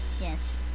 Yes